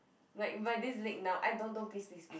like my this leg numb I don't don't please please please